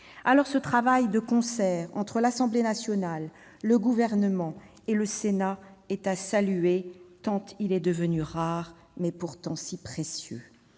Le travail de concert entre l'Assemblée nationale, le Gouvernement et le Sénat est à saluer, tant il est devenu rare, mais pourtant si précieux.